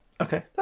Okay